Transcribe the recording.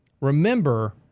Remember